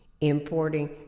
importing